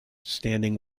standing